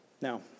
Now